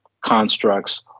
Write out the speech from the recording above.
constructs